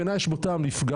בעיניי יש בו טעם לפגם.